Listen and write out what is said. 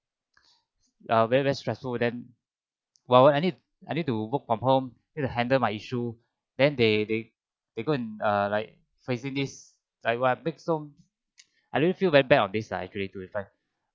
uh very stressful then while I need I need to work from home need to handle my issue then they they they go and err like facing this like I don't feel bad about this ah actually to